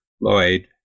Lloyd